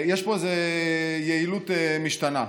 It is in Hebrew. יש פה איזו יעילות משתנה.